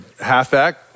halfback